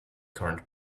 current